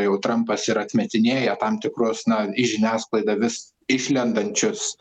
jau trampas ir atmetinėja tam tikrus na į žiniasklaidą vis išlendančius